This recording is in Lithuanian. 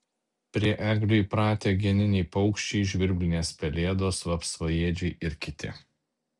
prie eglių įpratę geniniai paukščiai žvirblinės pelėdos vapsvaėdžiai ir kiti